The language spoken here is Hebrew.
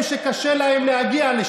אני אומר שהכתב הזה הוא חרפה.